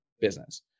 business